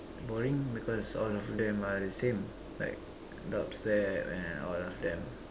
boring because all of them are the same like dub step and all of them